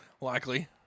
Likely